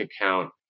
account